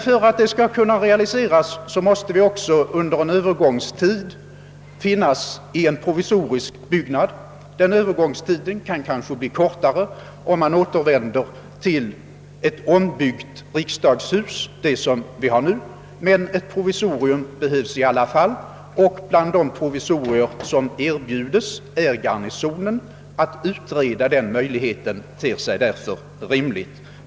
För att detta skall kunna realiseras måste vi dock under en övergångstid arbeta i en provisorisk byggnad. Den övergångstiden kan måhända bli kortare om man kan återvända till ett ombyggt riksdagshus — det som vi har nu — men ett provisorium behövs i alla fall. Bland de provisorier som erbjuds finns kvarteret Garnisonen. Att utreda den möjligheten ter sig därför rimligt.